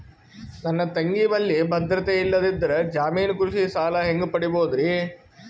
ನನ್ನ ತಂಗಿ ಬಲ್ಲಿ ಭದ್ರತೆ ಇಲ್ಲದಿದ್ದರ, ಜಾಮೀನು ಕೃಷಿ ಸಾಲ ಹೆಂಗ ಪಡಿಬೋದರಿ?